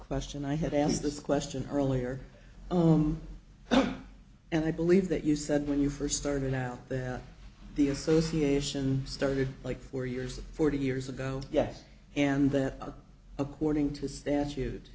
question i have asked this question earlier own and i believe that you said when you first started out that the association started like four years forty years ago yes and that according to statute